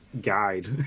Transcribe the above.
guide